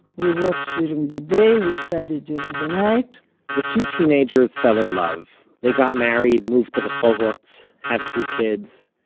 we worked during the day, we studied during the night the two teenagers fell in love. they got married, moved to rehovot, had three kids.